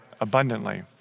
abundantly